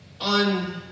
On